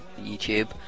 YouTube